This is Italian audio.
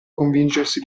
convincersi